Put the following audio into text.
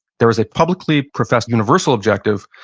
there is a publicly professed universal objective,